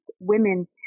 women